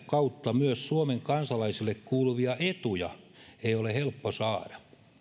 kautta myös suomen kansalaisille kuuluvia etuja ei ole helppo saada